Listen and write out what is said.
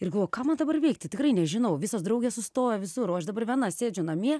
ir ką man dabar veikti tikrai nežinau visos draugės sustojo visur o aš dabar viena sėdžiu namie